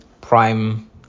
prime